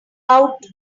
out